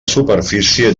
superfície